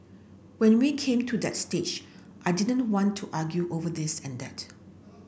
when we came to that stage I didn't want to argue over this and that